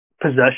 possession